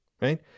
right